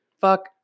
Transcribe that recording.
Fuck